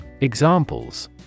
Examples